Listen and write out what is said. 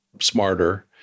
Smarter